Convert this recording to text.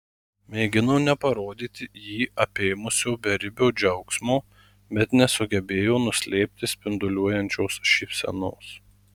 mėgino neparodyti jį apėmusio beribio džiaugsmo bet nesugebėjo nuslėpti spinduliuojančios šypsenos